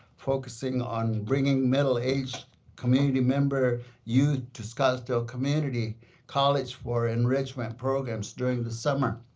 focusing on bringing middle-aged community member youth to scottsdale community college for enrichment programs during the summer.